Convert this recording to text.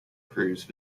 cruise